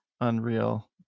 Unreal